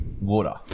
water